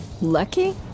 Lucky